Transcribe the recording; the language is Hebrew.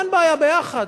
אין בעיה, ביחד.